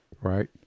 Right